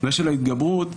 ושל ההתגברות,